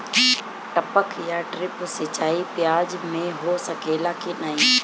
टपक या ड्रिप सिंचाई प्याज में हो सकेला की नाही?